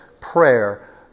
prayer